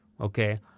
Okay